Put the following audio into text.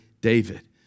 David